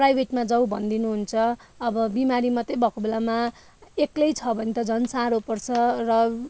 प्राइभेटमा प्राइभेटमा जाऊ भन्दिनुहुन्छ अब बिमारी मात्रै भएको बेलामा एक्लै छ भने त झन् साह्रो पर्छ र